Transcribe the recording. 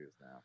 now